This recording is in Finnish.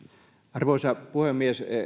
arvoisa puhemies